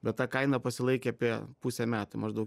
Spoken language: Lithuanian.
bet tą kainą pasilaikė apie pusę metų maždaug